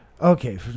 Okay